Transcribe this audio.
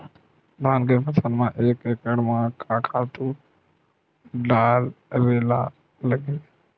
धान के फसल म एक एकड़ म का का खातु डारेल लगही?